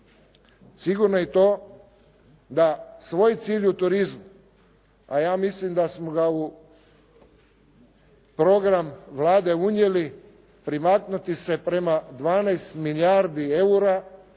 Sigurno je i to da svoj cilj u turizmu, a ja mislim da smo ga u program Vlade unijeli primaknuti se prema 12 milijardi eura